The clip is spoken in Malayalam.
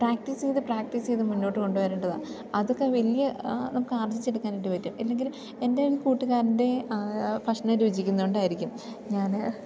പ്രാക്ടീസ് ചെയ്ത് പ്രാക്ടീസ് ചെയ്ത് മുന്നോട്ടു കൊണ്ടു വരേണ്ടതാണ് അതൊക്കെ വലിയ നമുക്ക് ആർജ്ജിച്ചെടുക്കാനായിട്ട് പറ്റും അല്ലെങ്കിൽ എൻ്റൊരു കൂട്ടുകാരൻ്റെ ഭക്ഷണം രുചിക്കുന്നതു കൊണ്ടായിരിക്കും ഞാൻ